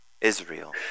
Israel